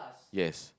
yes